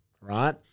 right